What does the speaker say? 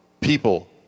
people